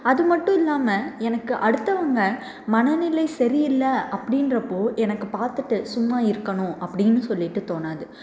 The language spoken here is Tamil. அது மட்டுல்லாமல் எனக்கு அடுத்தவங்க மனநிலை சரி இல்லை அப்படின்றப்போ எனக்கு பார்த்துட்டு சும்மா இருக்கணும் அப்படின்னு சொல்லிட்டு தோணாது